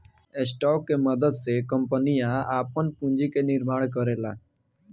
stock के मदद से कंपनियां आपन पूंजी के निर्माण करेला